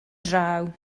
draw